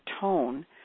tone